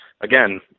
again